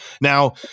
now